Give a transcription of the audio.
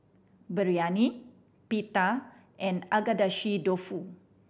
Biryani Pita and Agedashi Dofu